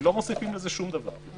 לא מוסיפים לזה שום דבר.